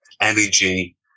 energy